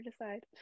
decide